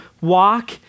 walk